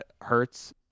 Hertz